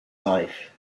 life